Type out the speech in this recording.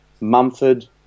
Mumford